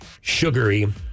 sugary